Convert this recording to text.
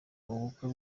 ubukwe